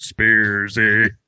Spearsy